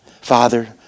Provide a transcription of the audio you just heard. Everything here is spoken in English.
Father